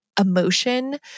emotion